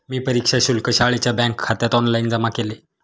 मी परीक्षा शुल्क शाळेच्या बँकखात्यात ऑनलाइन जमा केले